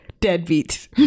deadbeat